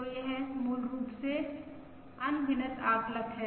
तो यह मूल रूप से एक अनभिनत आकलक है